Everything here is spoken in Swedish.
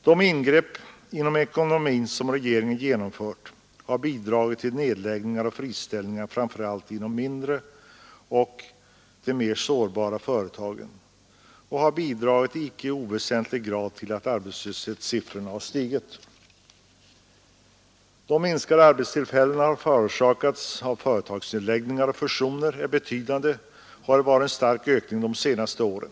De ingrepp i ekonomin som regeringen gjort har bidragit till nedläggningar och friställningar framför allt i de mindre och de mer sårbara företagen, och de har i icke oväsentlig grad gjort att arbetslöshetssiffran stigit. De minskade arbetstillfällen som förorsakats av företagsnedläggningar och fusioner är betydande och det har varit en stark ökning de senaste åren.